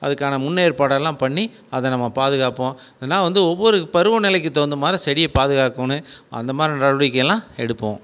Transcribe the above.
அதுக்கான முன்னேற்பாடெல்லாம் பண்ணி அதை நம்ம பாதுகாப்போம் இதன்னா வந்து ஒவ்வொரு பருவநிலைக்கு தகுந்த மாதிரி பாதுகாக்கணும் அந்த மாதிரி நடவடிக்கையெல்லாம் எடுப்போம்